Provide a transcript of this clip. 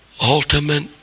ultimate